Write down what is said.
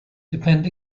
depend